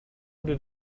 did